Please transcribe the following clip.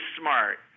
smart